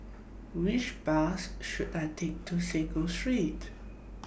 Which Bus should I Take to Sago Street